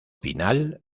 final